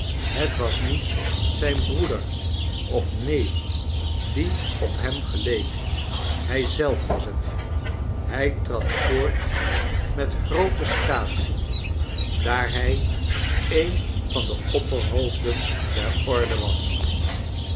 het was niet zijn broeder of neef die op hem geleek hij zelf was het hij trad voort met groote staatsie daar hij een van de opperhoofden der orde was